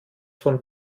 von